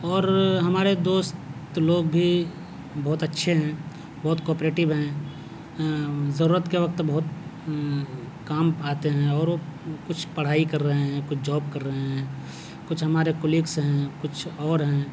اور ہمارے دوست لوگ بھی بہت اچھے ہیں بہت کوآپریٹو ہیں ضرورت کے وقت بہت کام آتے ہیں اور کچھ پڑھائی کرہے ہیں کچھ جوب کر رہے ہیں کچھ ہمارے کولگس ہیں کچھ اور ہیں